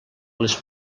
les